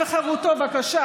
הוא אומר שרק משם.